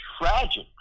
tragic